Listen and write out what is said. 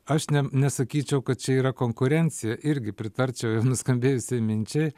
aš nem nesakyčiau kad čia yra konkurencija irgi pritarčiau nuskambėjusiai minčiai